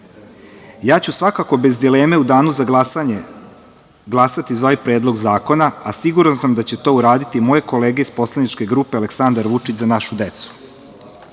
sveta. Svakako ću bez dileme u danu za glasanje glasati za ovaj predlog zakona, a siguran sam da će to uraditi i moje kolege iz poslaničke grupe Aleksandar Vučić – Za našu